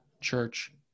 Church*